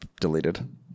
deleted